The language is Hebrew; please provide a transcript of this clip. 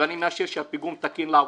ואני מאשר שהפיגום תקין לעבודה.